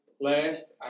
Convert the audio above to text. Last